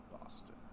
Boston